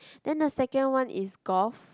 then the second one is golf